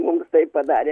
mums tai padarė